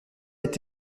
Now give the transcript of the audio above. est